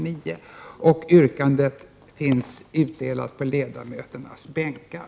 Yrkandet finns utdelat på ledamöternas bänkar.